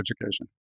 education